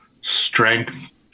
strength